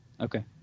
Okay